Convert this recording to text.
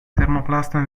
thermoplaste